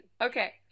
Okay